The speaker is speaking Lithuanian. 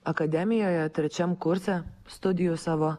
akademijoje trečiam kurse studijų savo